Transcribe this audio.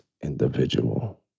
individual